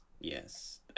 Yes